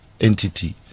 entity